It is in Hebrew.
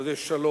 אבל זה שלום,